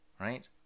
right